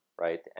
right